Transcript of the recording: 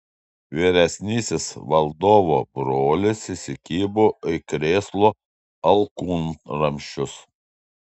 vyresnysis valdovo brolis įsikibo į krėslo alkūnramsčius